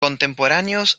contemporáneos